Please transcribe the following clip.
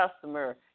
customer